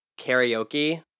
karaoke